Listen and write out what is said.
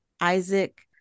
Isaac